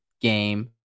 Game